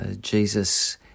Jesus